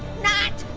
not!